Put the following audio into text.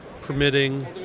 permitting